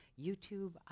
YouTube